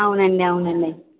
అవునండి అవునండి